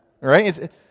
right